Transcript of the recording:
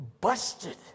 busted